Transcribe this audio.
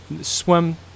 swim